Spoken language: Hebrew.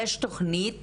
יש תוכנית